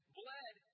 bled